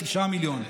9 מיליון.